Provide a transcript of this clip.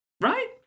Right